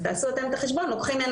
אז תעשו אתם את החשבון לוקחים מהן